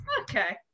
Okay